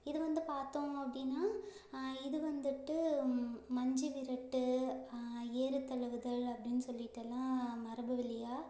இதுவந்து பார்த்தோம் அப்படினா இதுவந்துட்டு மஞ்சுவிரட்டு ஏறுதழுவுதல் அப்படின்னு சொல்லிட்டெல்லாம் மரபு வழியாக